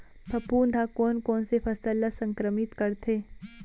फफूंद ह कोन कोन से फसल ल संक्रमित करथे?